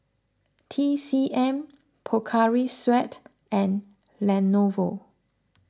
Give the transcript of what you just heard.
T C M Pocari Sweat and Lenovo